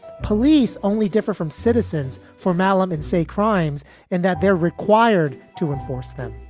police only differ from citizens for mallam and say crimes and that they're required to enforce them